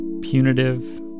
punitive